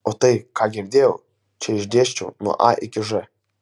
o tai ką girdėjau čia išdėsčiau nuo a iki ž